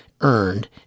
earned